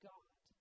God